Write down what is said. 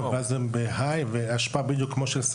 אחד אחרי השני,